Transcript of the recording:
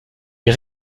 est